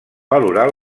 valorar